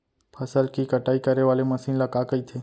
फसल की कटाई करे वाले मशीन ल का कइथे?